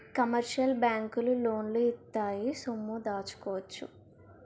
commercial బ్యాంకులు లోన్లు ఇత్తాయి సొమ్ము దాచుకోవచ్చు